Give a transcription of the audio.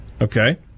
Okay